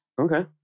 Okay